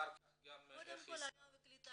קודם כל עליה וקליטה